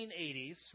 1980s